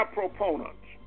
proponents